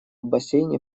бассейне